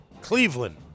Cleveland